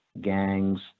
gangs